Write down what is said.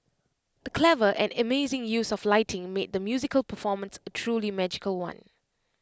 the clever and amazing use of lighting made the musical performance A truly magical one